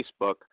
Facebook